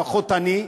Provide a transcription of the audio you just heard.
לפחות אני,